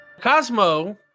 Cosmo